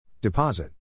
Deposit